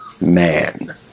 man